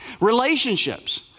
Relationships